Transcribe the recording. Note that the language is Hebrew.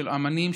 של אומנים,